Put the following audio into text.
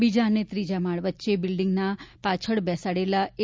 બીજા અને ત્રીજા માળ વચ્ચે બિલ્ડિંગના પાછળ બેસાડેલા એ